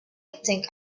think